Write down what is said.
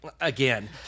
Again